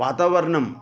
वातावरणं